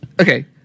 okay